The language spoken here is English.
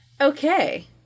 Okay